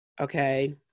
okay